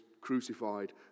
crucified